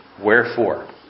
Wherefore